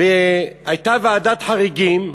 הייתה ועדת חריגים,